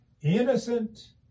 innocent